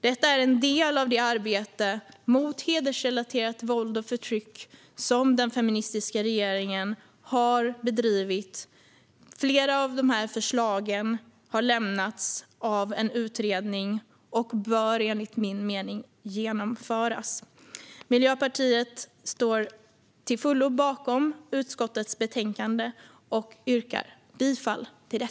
Detta är en del av det arbete mot hedersrelaterat våld och förtryck som den feministiska regeringen har bedrivit. Flera av förslagen har lämnats av en utredning och bör enigt min mening genomföras. Miljöpartiet står till fullo bakom utskottets förslag i betänkandet och yrkar bifall till det.